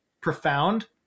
profound